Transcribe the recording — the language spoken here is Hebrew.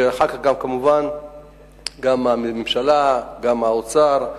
ואחר כך כמובן גם הממשלה, גם האוצר,